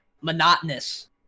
monotonous